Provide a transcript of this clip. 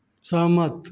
सहमत